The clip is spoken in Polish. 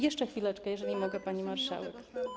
Jeszcze chwileczkę, jeżeli mogę, pani marszałek.